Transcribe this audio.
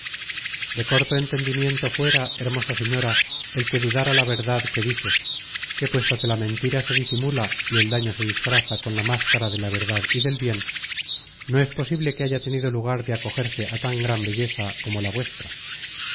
de corto entendimiento fuera hermosa señora el que dudara la verdad que dices que puesto que la mentira se disimula y el daño se disfraza con la máscara de la verdad y del bien no es posible que haya tenido lugar de acogerse á tan gran belleza como la vuestra